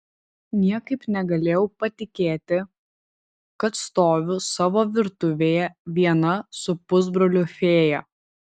niekaip negalėjau patikėti kad stoviu savo virtuvėje viena su pusbroliu fėja